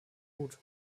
gut